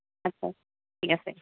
আচ্ছা ঠিক আছে